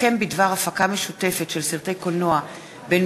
הסכם בדבר הפקה משותפת של סרטי קולנוע בין